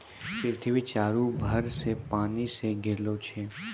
पृथ्वी चारु भर से पानी से घिरलो छै